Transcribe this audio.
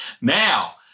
Now